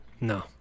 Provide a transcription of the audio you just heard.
No